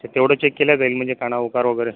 ते तेवढं चेक केल्या जाईल म्हणजे काना उकार वगैरे